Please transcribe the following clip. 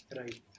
right